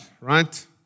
right